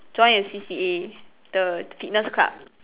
join a C_C_A the fitness club